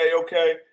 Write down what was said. okay